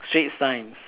Straits-Times